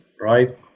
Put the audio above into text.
right